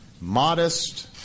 Modest